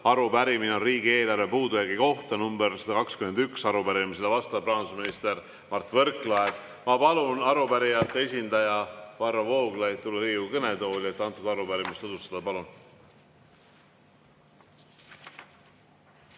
Arupärimine on riigieelarve puudujäägi kohta, nr 121. Arupärimisele vastab rahandusminister Mart Võrklaev. Ma palun arupärijate esindaja Varro Vooglaiu Riigikogu kõnetooli, et arupärimist tutvustada. Palun!